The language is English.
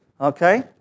Okay